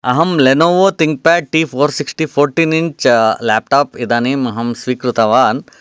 अहं Lenovo ThinkPad T four sixty fourteen inch laptop इदानीम् अहं स्वीकृतवान्